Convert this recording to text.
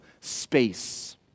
space